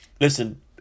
listen